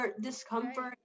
discomfort